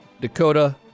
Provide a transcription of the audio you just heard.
Dakota